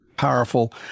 powerful